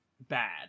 bad